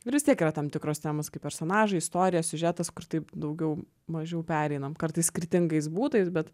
ir vis tiek yra tam tikros temos kaip personažai istorija siužetas kur taip daugiau mažiau pereinam kartais skirtingais būdais bet